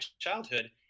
childhood